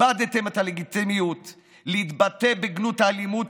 איבדתם את הלגיטימיות להתבטא בגנות האלימות,